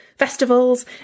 festivals